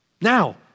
now